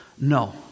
No